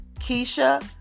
Keisha